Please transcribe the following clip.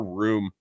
room